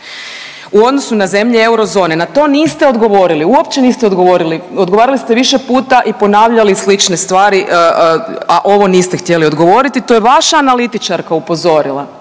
u odnosu na zemlje Eurozone, na to niste odgovorili, uopće niste odgovorili, odgovarali ste više puta i ponavljali slične stvari, a ovo niste htjeli odgovoriti. To je vaša analitičarka upozorila,